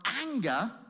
anger